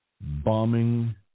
bombing